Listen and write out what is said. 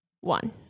one